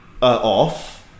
off